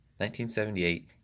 1978